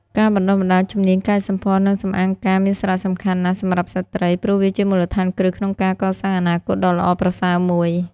ការបណ្តុះបណ្តាលជំនាញកែសម្ផស្ស និងសម្អាងការមានសារៈសំខាន់ណាស់សម្រាប់ស្ត្រី ព្រោះវាជាមូលដ្ឋានគ្រឹះក្នុងការកសាងអនាគតដ៏ល្អប្រសើរមួយ។